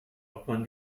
upon